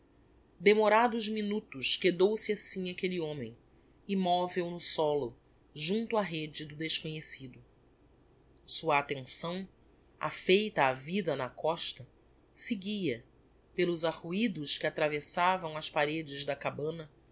demorados minutos quedou-se assim aquelle homem immovel no solo junto á rêde do desconhecido sua attenção affeita á vida na costa seguia pelos arruidos que atravessavam as paredes da cabana